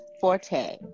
Forte